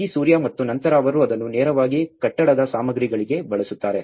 ಬಿಸಿ ಸೂರ್ಯ ಮತ್ತು ನಂತರ ಅವರು ಅದನ್ನು ನೇರವಾಗಿ ಕಟ್ಟಡ ಸಾಮಗ್ರಿಗಳಿಗೆ ಬಳಸುತ್ತಾರೆ